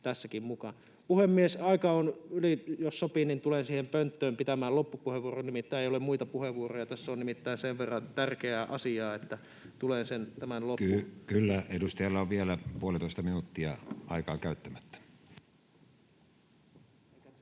tässäkin mukaan. Puhemies! Aika on yli. Jos sopii, niin tulen siihen pönttöön pitämään loppupuheenvuoron, nimittäin ei ole muita puheenvuoroja. Tässä on nimittäin sen verran tärkeää asiaa, että tulen sen tämän loppu... Kunnioitettu herra puhemies! Asia on sen verran tärkeä, että